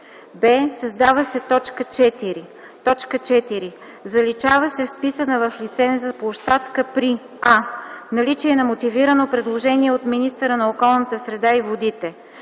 в) създава се т. 4: „4. заличава се вписана в лиценза площадка при: а) наличие на мотивирано предложение от министъра на околната среда и водите;